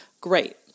Great